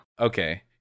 Okay